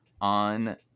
on